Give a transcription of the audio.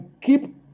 keep